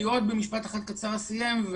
בעוד משפט אחד קצר אני אסיים.